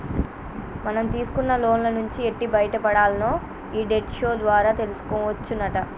మనం తీసుకున్న లోన్ల నుంచి ఎట్టి బయటపడాల్నో ఈ డెట్ షో ద్వారా తెలుసుకోవచ్చునట